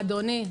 אדוני,